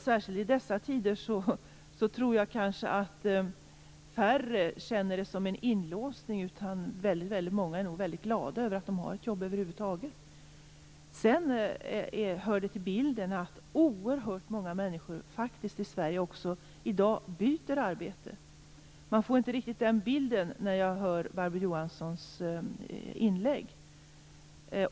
Särskilt i dessa tider tror jag kanske att färre känner det som en inlåsning. Väldigt många är nog glada över att de har ett jobb över huvud taget. Sedan hör det till bilden att oerhört många människor i Sverige faktiskt också i dag byter arbete. Den bilden får man inte riktigt när man hör Barbro Johanssons inlägg.